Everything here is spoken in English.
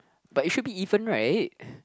but it should be even right